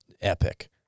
epic